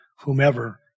whomever